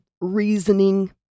reasoning